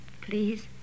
Please